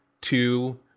two